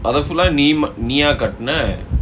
அத:atha full ah நீம நீயா கட்ன:neema neeyaa kattna